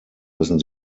müssen